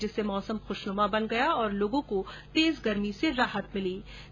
जिससे मौसम खुशनुमा बन गया और लोगों ने तेज गर्मी से राहत महसूस की